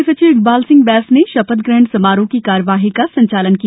म्ख्य सचिव इकबाल सिंह बैंस ने शपथ ग्रहण समारोह की कार्यवाही का संचालन किया